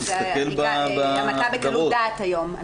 שזה המתה בקלות דעת היום.